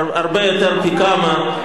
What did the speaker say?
פי כמה.